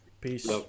Peace